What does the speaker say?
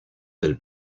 del